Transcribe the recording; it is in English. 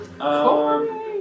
Corey